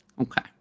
Okay